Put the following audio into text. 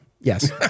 Yes